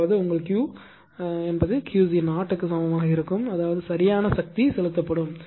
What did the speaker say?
அதாவது உங்கள் Q ஆனது QC0 க்கு சமமாக இருக்கும் அதாவது சரியான சக்தி செலுத்தப்படும்